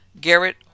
Garrett